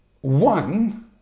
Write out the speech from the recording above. one